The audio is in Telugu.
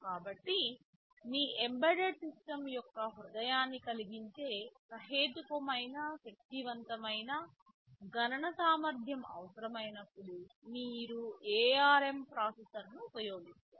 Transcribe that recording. కాబట్టి మీ ఎంబెడెడ్ సిస్టమ్ యొక్క హృదయాన్ని కలిగించే సహేతుకమైన శక్తివంతమైన గణన సామర్ధ్యం అవసరమైనప్పుడు మీరు ARM ప్రాసెసర్ను ఉపయోగిస్తారు